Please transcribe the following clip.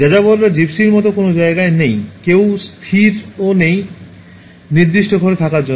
যাযাবররা জিপসির মতো কোনও জায়গায় নেই কেউ স্থিরও নেই নির্দিষ্ট ঘরে থাকার জন্য